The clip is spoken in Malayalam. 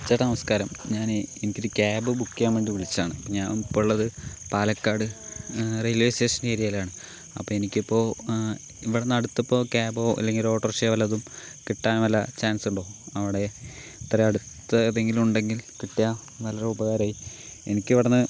ചേട്ടാ നമസ്കാരം ഞാൻ എനിക്കൊരു ക്യാബ് ബുക്ക് ചെയ്യാൻ വേണ്ടി വിളിച്ചതാണ് ഞാൻ ഇപ്പോൾ ഉള്ളത് പാലക്കാട് റെയിൽവേ സ്റ്റേഷൻ ഏരിയയിലാണ് അപ്പം എനിക്കിപ്പോൾ ഇവിടുന്നടുത്തിപ്പോൾ ക്യാബോ അല്ലെങ്കിൽ ഒരു ഓട്ടോറിക്ഷയോ വല്ലതും കിട്ടാൻ വല്ല ചാൻസ് ഉണ്ടോ അവിടെ ഇത്ര അടുത്ത് ഏതെങ്കിലും ഉണ്ടെങ്കിൽ കിട്ടിയാൽ നല്ലൊരു ഉപകാരായി എനിക്ക് അവിടെ നിന്ന്